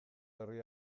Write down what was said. herri